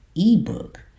ebook